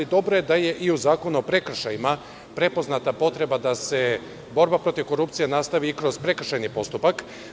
Dobro je da je i u zakonu o prekršajima prepoznata potreba da se borba protiv korupcije nastavi i kroz prekršajni postupak.